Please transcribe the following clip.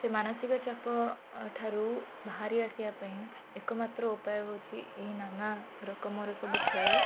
ସେ ମାନସିକ ଚାପ ଠାରୁ ବାହାରି ଆସିବା ପାଇଁ ଏକ ମାତ୍ର ଉପାୟ ହେଉଛି ଏହି ନାନା ରକମର ସବୁ ଖେଳ